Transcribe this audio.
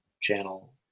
channel